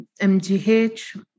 MGH